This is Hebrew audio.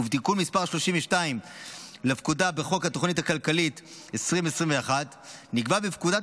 ובתיקון מספר 32 לפקודה בחוק התוכנית הכלכלית 2021 נקבעו בפקודת